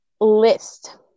list